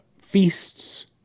feasts